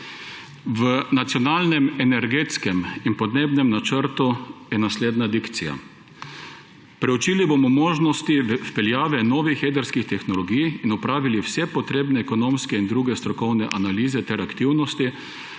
V Nacionalnem energetskem in podnebnem načrtu je naslednja dikcija, »Proučili bomo možnosti vpeljave novih jedrskih tehnologij in opravili vse potrebne ekonomske in druge strokovne analize ter aktivnosti,